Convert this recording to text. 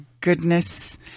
goodness